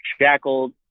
shackled